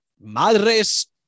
Madres